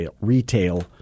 retail